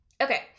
Okay